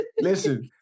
Listen